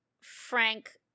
Frank